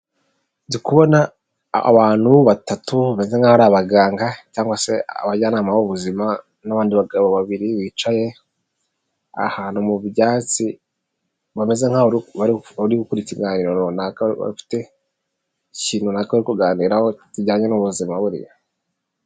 Abantu batatu ba nkaho ari abaganga cyangwa se abajyanama b'ubuzima n'abandi bagabo babiri bicaye ahantu mu byatsi bameze nkabari mu ikiganiro runaka bafite ikintu runaka bo kuganiraho kijyanye n'ubuzima bwabo.